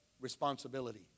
responsibility